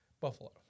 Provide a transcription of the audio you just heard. buffalo